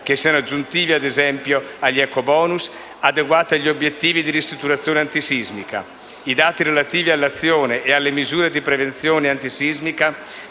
che siano aggiuntivi ad esempio agli *ecobonus*, adeguati agli obiettivi di ristrutturazione antisismica. I dati relativi all'azione e alle misure di prevenzione antisismica